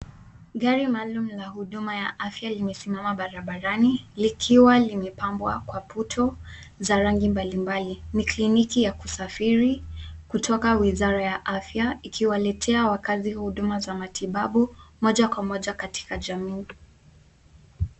Gari maalum la huduma ya afya limesimama barabarani, likiwa limepambwa kwa puto za rangi mbalimbali. Ni kliniki ya kusafiri kutoka Wizara ya Afya, ikiwaletea wakazi huduma za matibabu moja kwa moja katika jamii.